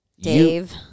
Dave